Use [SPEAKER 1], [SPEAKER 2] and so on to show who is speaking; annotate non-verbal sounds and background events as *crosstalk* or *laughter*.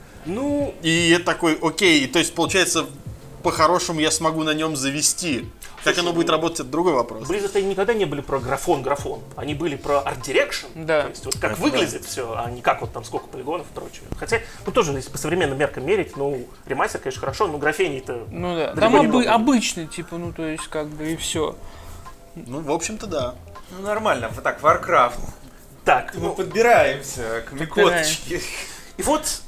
[SPEAKER 1] Ну.
[SPEAKER 2] И я такой, «Окей, то есть, получается, по-хорошему я смогу на нём завести». Как
[SPEAKER 1] Слушай,
[SPEAKER 2] оно будет
[SPEAKER 1] ну,
[SPEAKER 2] работать, это другой вопрос.
[SPEAKER 1] Близзы-то, они никогда не были про графон-графон. Они были про арт-дирекшн.
[SPEAKER 3] Да.
[SPEAKER 1] То есть, вот как
[SPEAKER 2] Да, это да.
[SPEAKER 1] выглядит всё, а не как вот там сколько полигонов и прочее. Хотя, ну, тоже, если по современным меркам мерить, ну, ремастер, конечно, хорошо, но графений-то
[SPEAKER 3] Ну да,
[SPEAKER 1] далеко
[SPEAKER 3] там
[SPEAKER 1] не
[SPEAKER 3] обы-
[SPEAKER 1] много было.
[SPEAKER 3] обычный, типа, ну, то есть, как бы и всё.
[SPEAKER 2] Ну, в общем-то, да.
[SPEAKER 4] Ну, нормально, вот так, Warcraft.
[SPEAKER 1] Так,
[SPEAKER 4] И мы
[SPEAKER 1] ну,
[SPEAKER 4] подбираемся к
[SPEAKER 3] подбираемся.
[SPEAKER 4] *laughs* микоточке.
[SPEAKER 1] И вот.